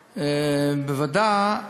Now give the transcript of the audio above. בוועדה,